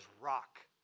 rock